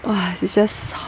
!wah! it's just